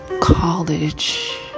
college